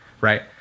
right